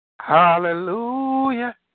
Hallelujah